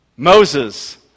Moses